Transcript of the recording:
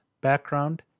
background